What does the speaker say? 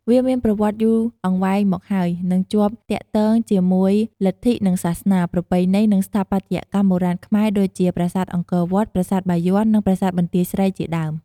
វាមានប្រវត្តិយូរអង្វែងមកហើយ និងជាប់ទាក់ទងជាមួយលទ្ធិនឹងសាសនា ប្រពៃណី និងស្ថាបត្យកម្មបុរាណខ្មែរដូចជា ប្រាសាទអង្គរវត្ត ប្រាសាទបាយ័ន និងប្រាសាទបន្ទាយស្រី ជាដើម។